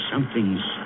Something's